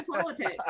politics